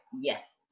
Yes